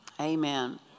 Amen